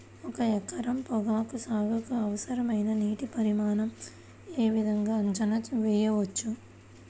ఒక ఎకరం పొగాకు సాగుకి అవసరమైన నీటి పరిమాణం యే విధంగా అంచనా వేయవచ్చు?